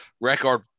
record